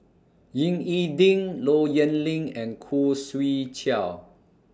Ying E Ding Low Yen Ling and Khoo Swee Chiow